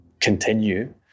continue